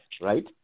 right